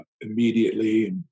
immediately